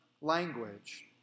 language